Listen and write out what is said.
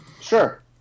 sure